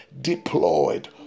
deployed